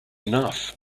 enough